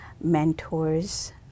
mentors